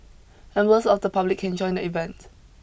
members of the public can join the event